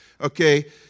okay